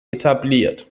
etabliert